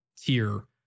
tier